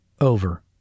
over